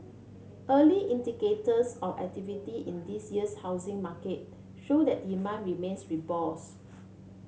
early indicators of activity in this year's housing market show that demand remains robust